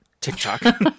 TikTok